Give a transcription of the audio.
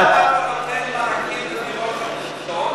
אז למה אתם נותנים מענקים לדירות חדשות,